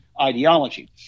ideology